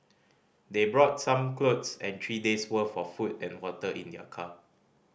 they brought some clothes and three days worth of food and water in their car